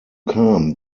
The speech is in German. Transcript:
kam